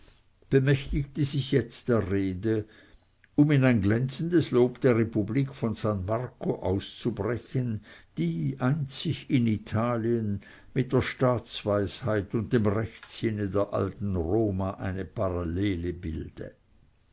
bemächtigte sich jetzt der rede um in ein glänzendes lob der republik von san marco auszubrechen die einzig in italien mit der staatsweisheit und dem rechtssinne der alten roma eine parallele bilde